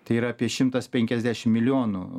tai yra apie šimtas penkiasdešim milijonų